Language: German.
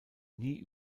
nie